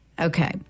Okay